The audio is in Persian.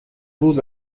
بود